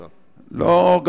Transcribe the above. לא,